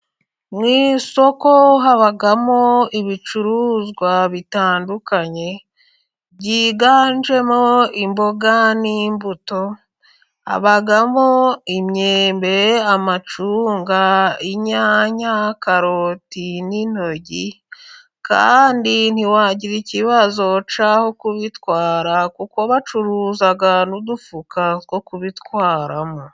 Mu isoko habamo ibicuruzwa bitandukanye byiganjemo imboga n'imbuto, habamo imyembe, amacunga, inyanya, karoti n'intogi kandi ntiwagira ikibazo cy'aho kubitwara kuko bacuruza n'udufuka two kubitwaramo.